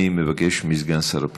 אני מבקש מסגן שר הפנים.